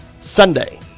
Sunday